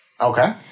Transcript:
Okay